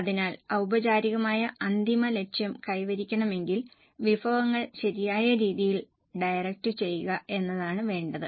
അതിനാൽ ഔപചാരികമായ അന്തിമ ലക്ഷ്യം കൈവരിക്കണമെങ്കിൽ വിഭവങ്ങൾ ശരിയായ രീതിയിൽ ഡയറക്റ്റ് ചെയ്യുക എന്നതാണ് വേണ്ടത്